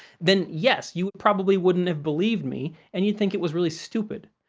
then yes, you probably wouldn't have believed me and you'd think it was really stupid.